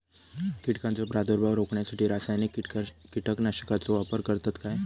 कीटकांचो प्रादुर्भाव रोखण्यासाठी रासायनिक कीटकनाशकाचो वापर करतत काय?